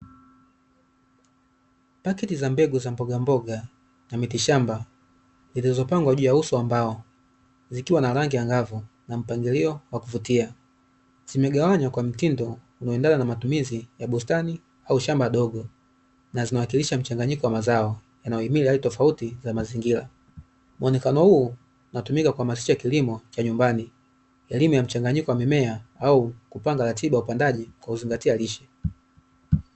pakeji za mbegu za mbogamboga na mitishamba zilizopangwa juu ya uso wa mbao zikiwa na rangi angavu na mpangilio wa kuvutia zimegawanywa kwa mtindo unaoendana na matumizi ya bustani au shamba dogo na zinawakilisha mchanganyiko wa mazao yanayohimili hali tofauti za mazingira, muonekano huu unatumika kuhamasisha kilimo cha nyumbani, elimu ya mchanganyiko wa mimea au kupanga ratiba ya upandaji kwa kuzingatia lishe